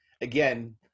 again